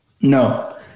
No